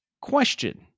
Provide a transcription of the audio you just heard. Question